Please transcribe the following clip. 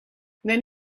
then